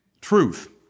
Truth